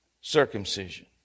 circumcision